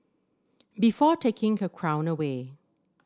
before taking her crown away